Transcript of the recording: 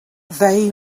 they